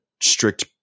strict